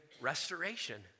restoration